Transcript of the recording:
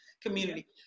community